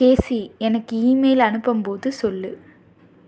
கேசி எனக்கு ஈமெயில் அனுப்பும்போது சொல்லு